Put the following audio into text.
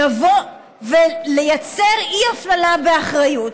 לבוא ולייצר אי-הפללה באחריות.